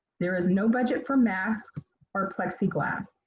there is no budget for masks or plexiglass.